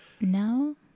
No